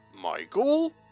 Michael